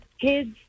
kids